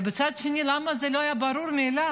אבל מצד שני, למה זה לא היה ברור מאליו?